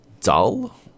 dull